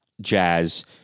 jazz